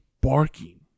barking